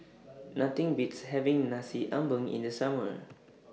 Nothing Beats having Nasi Ambeng in The Summer